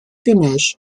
ganesh